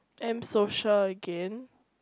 M Social again